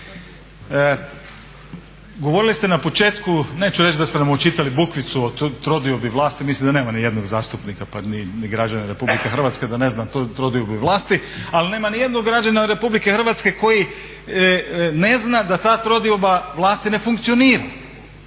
Govorili ste na početku, neću reći da ste nam očitali bukvicu o trodiobi vlasti, mislim da nema nijednog zastupnika pa ni građana Republike Hrvatske da ne zna trodiobu vlasti, ali nema nijednog građana Republike Hrvatske koji ne zna da ta trodioba vlasti ne funkcionira.